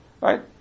right